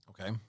Okay